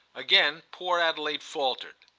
again poor adelaide faltered.